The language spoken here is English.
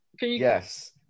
Yes